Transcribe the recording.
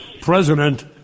president